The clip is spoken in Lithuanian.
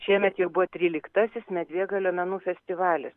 šiemet jau buvo tryliktasis medvėgalio menų festivalis